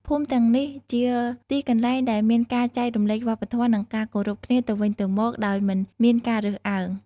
ភូមិទាំងនេះជាទីកន្លែងដែលមានការចែករំលែកវប្បធម៌ និងការគោរពគ្នាទៅវិញទៅមកដោយមិនមានការរើសអើង។